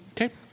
Okay